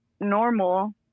normal